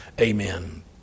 amen